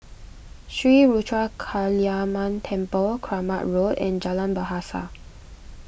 Sri Ruthra Kaliamman Temple Kramat Road and Jalan Bahasa